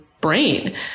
brain